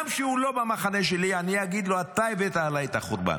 גם כשהוא לא במחנה שלי, אתה הבאת עליי את החורבן.